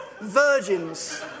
virgins